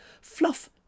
Fluff